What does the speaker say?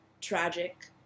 tragic